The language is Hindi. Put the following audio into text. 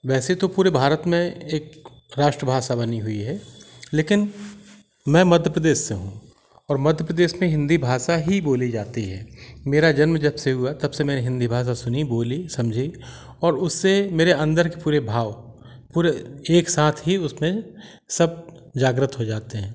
वैसे तो पूरे भारत में एक राष्ट्र भाषा बनी हुई है लेकिन मैं मध्य प्रदेश से हूँ और मध्य प्रदेश में हिन्दी भाषा ही बोली जाती है मेरा जन्म जब से हुआ तब से मैं हिन्दी भाषा सुनी बोली समझी और उससे मेरे अंदर के पूरे भाव पूरे एक साथ ही उसमें सब जागृत हो जाते हैं